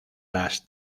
las